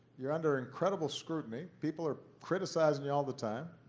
you're under incredible scrutiny. people are criticizing you all the time.